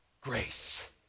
grace